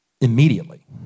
immediately